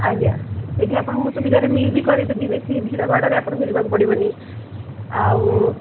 ଆଜ୍ଞା ସେଇଠି ଆପଣଙ୍କୁ ମୁଁ ସୁବିଧାରେ ମିଲ୍ ବି କରେଇଦେବି ବେଶୀ ଭିଡ଼ ଭାଡ଼ାରେ ଆପଣଙ୍କୁ ଯିବାକୁ ପଡ଼ିବନି ଆଉ